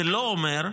זה לא אומר,